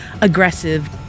aggressive